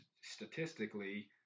statistically